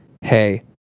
hey